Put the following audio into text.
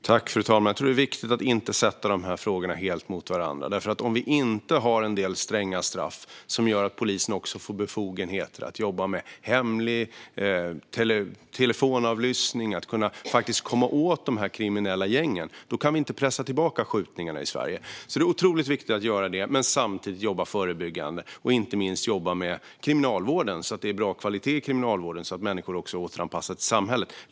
Fru talman! Jag tror att det är viktigt att inte sätta dessa frågor helt mot varandra. Om vi inte har en del stränga straff som gör att polisen får befogenheter att jobba med hemlig telefonavlyssning och kan komma åt de kriminella gängen kan vi inte pressa tillbaka skjutningarna i Sverige. Det är därför otroligt viktigt att göra detta men samtidigt jobba förebyggande, inte minst med Kriminalvården så att det blir bra kvalitet där så att människor återanpassas till samhället.